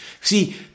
See